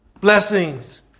blessings